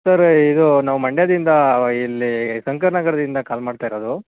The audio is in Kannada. ಸರ್ ಇದು ನಾವು ಮಂಡ್ಯದಿಂದ ಇಲ್ಲಿ ಶಂಕರ್ ನಗರದಿಂದ ಕಾಲ್ ಮಾಡ್ತಾ ಇರೋದು